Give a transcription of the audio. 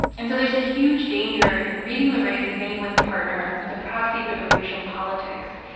and so there's a huge danger in reading the race of anyone's partner as a proxy for their racial politics.